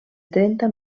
trenta